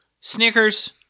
Snickers